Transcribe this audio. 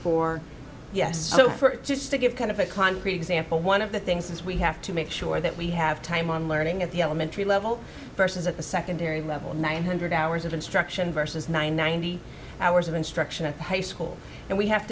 for yes so just to give kind of a concrete example one of the things we have to make sure that we have time on learning at the elementary level versus at the secondary level nine hundred hours of instruction versus ninety hours of instruction at high school and we have